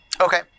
Okay